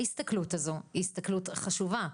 ההסתכלות הזו היא הסתכלות חשובה.